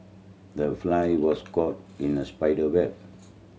the fly was caught in the spider web